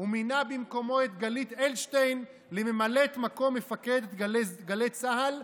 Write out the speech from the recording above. ומינה במקומו את גלית אלטשטיין לממלאת מקום מפקד גלי צה"ל,